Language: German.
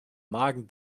magen